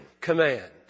command